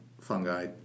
fungi